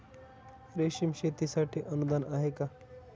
रेशीम शेतीसाठी अनुदान आहे का?